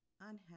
Unhappy